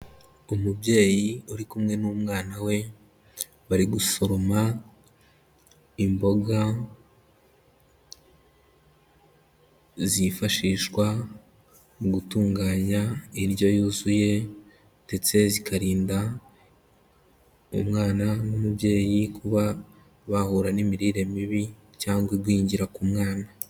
Umubyeyi uri kumwe n'umwana we, bari gusoroma imboga zifashishwa mu gutunganya indyo yuzuye, ndetse zikarinda umwana n'umubyeyi kuba bahura n'imirire mibi cyangwa igwingira ku mwana.